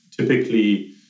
typically